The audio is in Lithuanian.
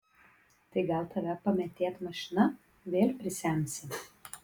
tai gal tave pamėtėt mašina vėl prisemsi